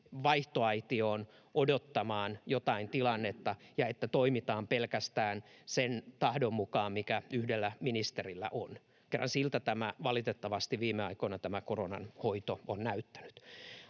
vaihtoaitioon odottamaan jotain tilannetta niin että toimitaan pelkästään sen tahdon mukaan, mikä yhdellä ministerillä on. Siltä tämä koronanhoito valitettavasti viime aikoina on näyttänyt.